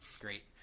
Great